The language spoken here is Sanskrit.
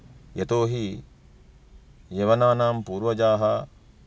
यतोहि यवनानां पूर्वजाः